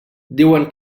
diuen